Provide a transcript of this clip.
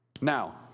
Now